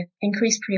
increased